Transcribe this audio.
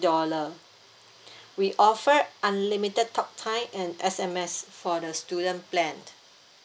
dollar we offer unlimited talk time and S_M_S for the student plan